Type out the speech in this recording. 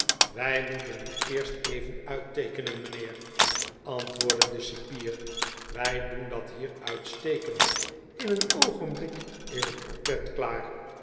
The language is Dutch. wij moeten u eerst even uitteekenen mijnheer antwoordde de cipier wij doen dat hier uitstekend in een oogenblik is het portret klaar